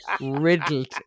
Riddled